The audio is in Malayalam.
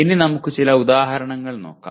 ഇനി നമുക്ക് ചില ഉദാഹരണങ്ങൾ നോക്കാം